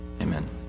Amen